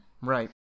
Right